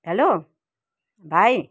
hello भाइ